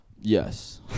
yes